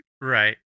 Right